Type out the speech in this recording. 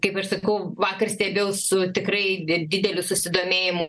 kaip aš sakau vakar stebėjau su tikrai dideliu susidomėjimu